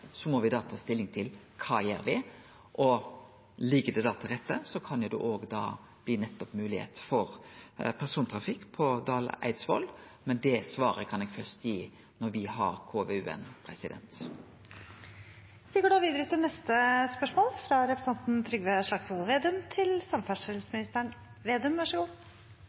må me ta stilling til kva me gjer. Ligg det da til rette, kan det gi moglegheit for persontrafikk på strekninga Dal–Eidsvoll, men det svaret kan eg først gi når me har